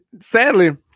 sadly